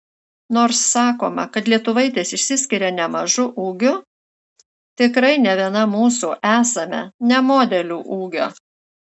nors sakoma kad lietuvaitės išsiskiria nemažu ūgiu tikrai ne viena mūsų esame ne modelių ūgio